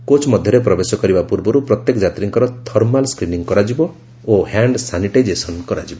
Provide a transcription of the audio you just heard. coach ମଧ୍ୟରେ ପ୍ରବେଶ କରିବା ପୂର୍ବରୁ ପ୍ରତ୍ୟେକ ଯାତ୍ରୀଙ୍କର ଥର୍ମାଲ ସ୍କ୍ରିନିଂ କରାଯିବ ଓ ହ୍ୟାଣ୍ଡ ସାନିଟାଇଜେସନ କରାଯିବ